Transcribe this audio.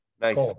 Nice